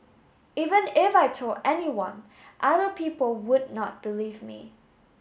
even if I told anyone other people would not believe me